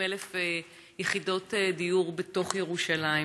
כ-80,000 יחידות דיור בתוך ירושלים.